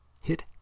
Hit